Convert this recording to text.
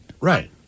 Right